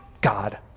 God